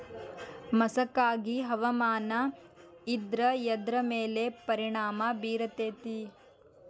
ಮಸಕಾಗಿ ಹವಾಮಾನ ಇದ್ರ ಎದ್ರ ಮೇಲೆ ಪರಿಣಾಮ ಬಿರತೇತಿ?